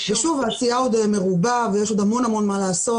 שוב, העשייה עוד מרובה ויש עוד המון לעשות.